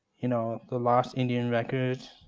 you know the lost indian records.